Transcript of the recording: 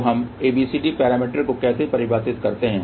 तो हम ABCD parameter को कैसे परिभाषित करते हैं